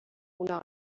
una